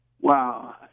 wow